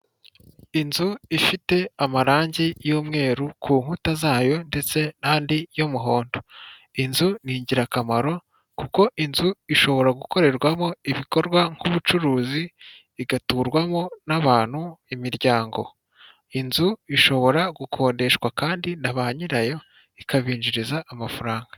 Inzu ifite amarangi y'umweru ku nkuta zayo, ndetse n'andi y'umuhondo, inzu ni ingirakamaro kuko inzu ishobora gukorerwamo ibikorwa nk'ubucuruzi, igaturwamo n'abantu imiryango, inzu ishobora gukodeshwa, kandi naba nyirayo ikabinjiriza amafaranga.